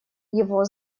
его